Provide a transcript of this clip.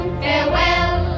farewell